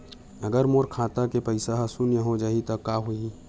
अगर मोर खाता के पईसा ह शून्य हो जाही त का होही?